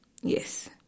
Yes